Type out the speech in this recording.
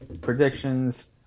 predictions